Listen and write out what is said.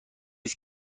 است